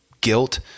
guilt